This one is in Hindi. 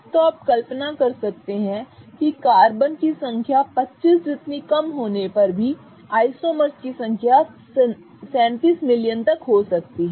तो आप कल्पना कर सकते हैं कि कार्बन की संख्या 25 जितनी कम होने पर भी आइसोमर्स की संख्या 37 मिलियन तक हो सकती है